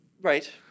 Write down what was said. Right